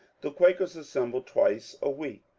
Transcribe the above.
the quakers assembled twice a week,